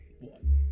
one